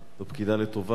זו פקידה לטובה,